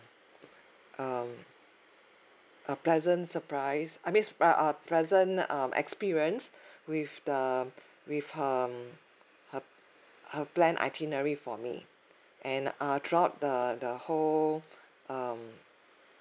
um a pleasant surprise I means uh a pleasant um experience with um with um her her planned itinerary for me and uh throughout the the whole um